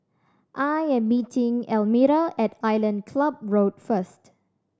I am meeting Elmira at Island Club Road first